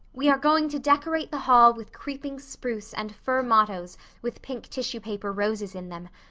we are going to decorate the hall with creeping spruce and fir mottoes with pink tissue-paper roses in them.